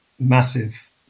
massive